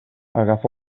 agafa